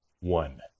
One